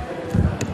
אדוני.